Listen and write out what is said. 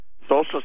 Social